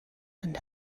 and